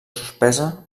suspesa